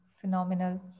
Phenomenal